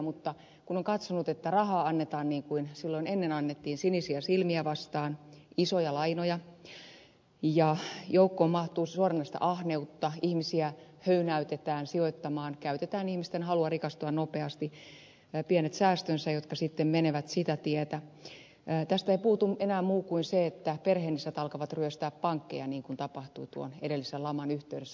mutta kun on katsonut että rahaa annetaan niin kuin silloin ennen annettiin sinisiä silmiä vastaan isoja lainoja ja joukkoon mahtuu suoranaista ahneutta ihmisiä höynäytetään sijoittamaan käytetään ihmisten halua rikastua nopeasti pienet säästönsä jotka sitten menevät sitä tietä niin tästä ei puutu enää muu kuin se että perheenisät alkavat ryöstää pankkeja niin kuin tapahtui tuon edellisen laman yhteydessä